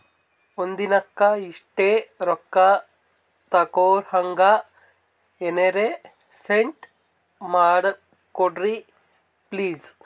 ಒಂದಿನಕ್ಕ ಇಷ್ಟೇ ರೊಕ್ಕ ತಕ್ಕೊಹಂಗ ಎನೆರೆ ಸೆಟ್ ಮಾಡಕೋಡ್ರಿ ಪ್ಲೀಜ್?